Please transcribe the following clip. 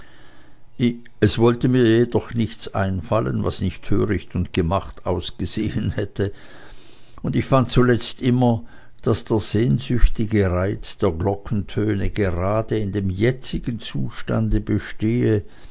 es wollte mir jedoch nichts einfallen was nicht töricht und gemacht ausgesehen hätte und ich fand zuletzt immer daß der sehnsüchtige reiz der glockentöne gerade in dem jetzigen zustande bestehe